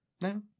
No